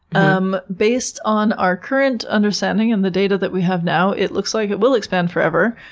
um based on our current understanding and the data that we have now it looks like it will expand forever,